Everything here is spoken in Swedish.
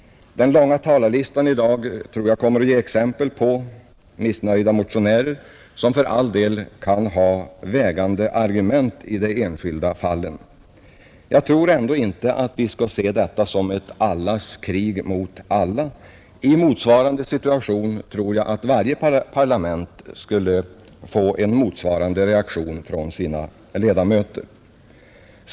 Den långa talarlistan i dag tror jag kommer att ge exempel på missnöjda motionärer som för all del kan ha vägande argument i de enskilda fallen. Jag tror ändå inte att vi skall se detta som ett allas krig mot alla. I motsvarande situation tror jag att varje parlament skulle få en motsvarande reaktion från sina ledamöter.